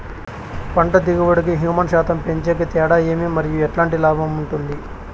పంట దిగుబడి కి, హ్యూమస్ శాతం పెంచేకి తేడా ఏమి? మరియు ఎట్లాంటి లాభం ఉంటుంది?